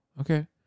Okay